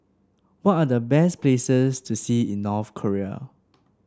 what are the best places to see in North Korea